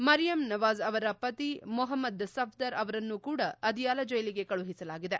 ಮರಿಯಂ ನವಾಜ್ ಅವರ ಪತಿ ಮೊಹಮ್ನದ್ ಸಫ್ಲರ್ ಅವರನ್ನೂ ಕೂಡ ಅದಿಯಾಲ ಜೈಲಿಗೆ ಕಳುಹಿಸಲಾಗಿದೆ